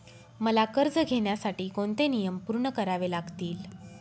मला कर्ज घेण्यासाठी कोणते नियम पूर्ण करावे लागतील?